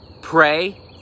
pray